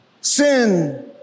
Sin